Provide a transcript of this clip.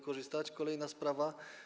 Kolejna sprawa.